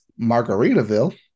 Margaritaville